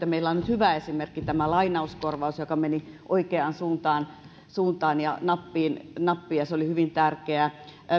meillä on nyt hyvä esimerkki tämä lainauskorvaus joka meni oikeaan suuntaan suuntaan ja nappiin nappiin ja se oli hyvin tärkeää